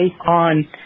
on